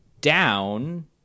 down